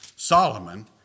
Solomon